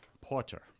Porter